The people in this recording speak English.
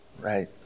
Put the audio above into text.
right